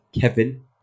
Kevin